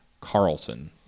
Carlson